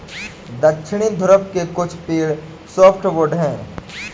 दक्षिणी ध्रुव के कुछ पेड़ सॉफ्टवुड हैं